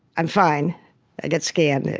i'm fine. i get scanned,